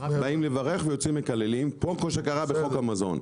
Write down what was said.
באים לברך ויוצאים מקללים פה כמו שקרה בחוק המזון,